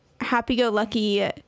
happy-go-lucky